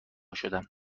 شدم